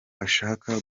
ashaka